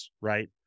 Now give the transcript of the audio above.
right